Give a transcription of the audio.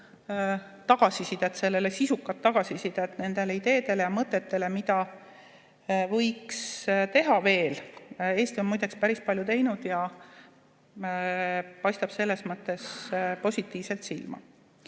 tagasisidet sellele, sisukat tagasisidet nendele ideedele ja mõtetele, mida võiks veel teha. Eesti on muideks päris palju teinud ja paistab selles mõttes positiivselt silma. Ma